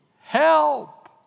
help